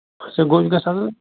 سُہ کوٚت گوٚژھ اَنُن